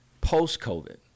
Post-COVID